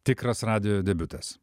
tikras radijo debiutas